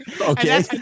Okay